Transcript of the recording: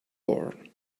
born